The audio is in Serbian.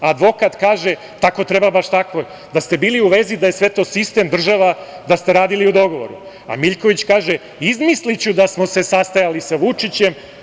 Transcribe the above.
Advokat kaže: „Tako baš treba, da ste bili u vezi, da je sve to sistem, država, i da ste radili u dogovoru, a Miljković kaže: „Izmisliću da smo se sastajali sa Vučićem.